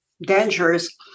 dangerous